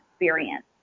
experience